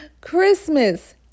Christmas